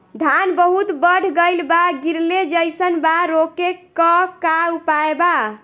धान बहुत बढ़ गईल बा गिरले जईसन बा रोके क का उपाय बा?